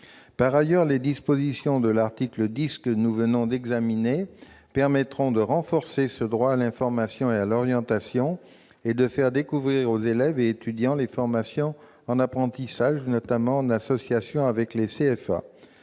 Par ailleurs, les dispositions de l'article 10, que nous venons d'examiner, permettront de renforcer ce droit à l'information et à l'orientation et de faire découvrir aux élèves et étudiants les formations en apprentissage, notamment en association avec des CFA.